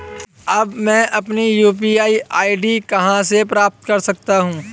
अब मैं अपनी यू.पी.आई आई.डी कहां से प्राप्त कर सकता हूं?